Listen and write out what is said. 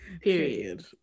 period